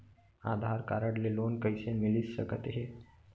आधार card ले loan कइसे मिलिस सकत हे?